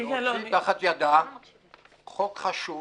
להוציא תחת ידה חוק חשוב